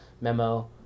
Memo